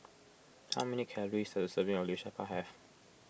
how many calories does a serving of Liu Sha Bao have